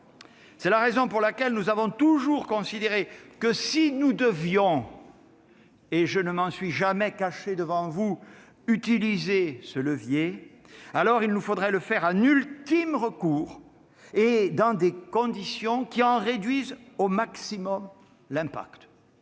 C'est la raison pour laquelle nous avons toujours considéré que, si nous devions- je ne m'en suis jamais caché devant vous -utiliser ce levier, il nous faudrait le faire en ultime recours et dans des conditions qui en réduisent le plus possible l'impact.